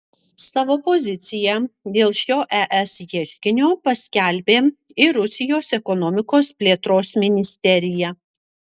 savo poziciją dėl šio es ieškinio paskelbė ir rusijos ekonomikos plėtros ministerija